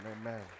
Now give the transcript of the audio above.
Amen